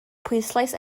pwyslais